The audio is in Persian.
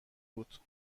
بود